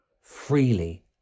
freely